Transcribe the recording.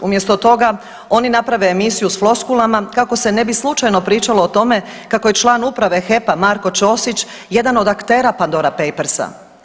Umjesto toga oni naprave emisiju s floskulama kako se ne bi slučajno pričalo o tome kako je član Uprave HEP-a Marko Ćosić jedan od aktera Pandora Papersa.